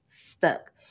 stuck